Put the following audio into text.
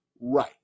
right